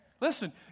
Listen